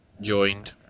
joined